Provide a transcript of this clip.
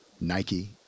Nike